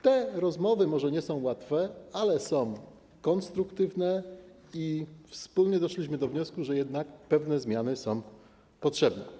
Te rozmowy może nie są łatwe, ale są konstruktywne i wspólnie doszliśmy do wniosku, że pewne zmiany są jednak potrzebne.